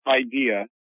idea